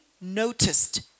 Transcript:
noticed